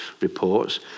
reports